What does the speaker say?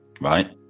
Right